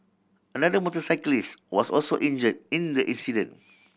another motorcyclist was also injure in the incident